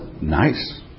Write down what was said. nice